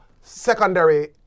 secondary